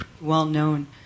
well-known